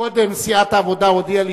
קודם סיעת העבודה הודיעה לי